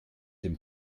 dem